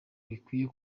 bikwiye